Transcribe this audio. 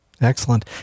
Excellent